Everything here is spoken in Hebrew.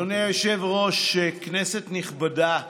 אדוני היושב-ראש, כנסת נכבדה,